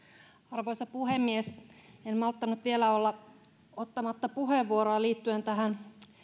arvoisa puhemies en malttanut vielä olla ottamatta puheenvuoroa liittyen tähän